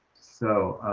so